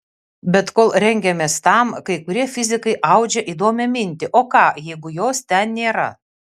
bet kol rengiamės tam kai kurie fizikai audžia įdomią mintį o ką jeigu jos ten nėra